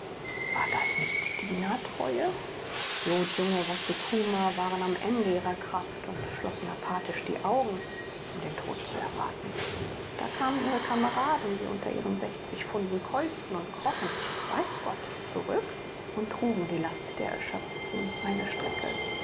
war das nicht dienertreue blutjunge wassukuma waren am ende ihrer kraft und schlossen apathisch die augen um den tod zu erwarten da kamen ihre kameraden die unter ihren pfunden keuchten und krochen weiß gott zurück und trugen die last der erschöpften eine strecke